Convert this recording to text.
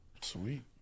Sweet